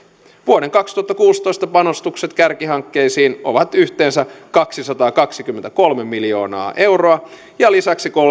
vuoden kaksituhattakuusitoista panostukset kärkihankkeisiin ovat yhteensä kaksisataakaksikymmentäkolme miljoonaa euroa ja lisäksi